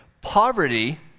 Poverty